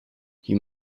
you